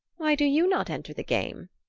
why do you not enter the game?